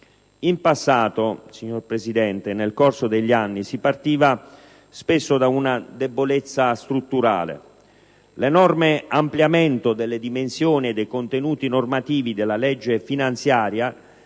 n. 42. Signora Presidente, in passato si partiva spesso da una debolezza strutturale: l'enorme ampliamento delle dimensioni e dei contenuti normativi della legge finanziaria